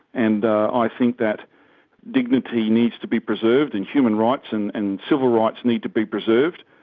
and i think that dignity needs to be preserved, and human rights, and and civil rights need to be preserved,